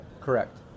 Correct